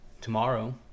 tomorrow